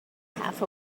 half